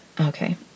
Okay